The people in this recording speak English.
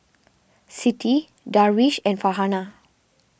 Siti Darwish and Farhanah